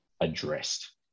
addressed